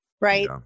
Right